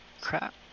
Crap